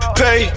pay